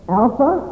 alpha